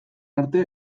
arte